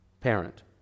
parent